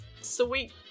sweet